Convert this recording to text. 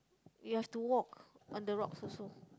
you have to walk on the rocks also